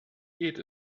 geht